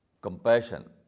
compassion